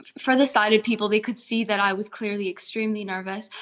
for the sighted people they could see that i was clearly extremely nervous,